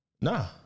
Nah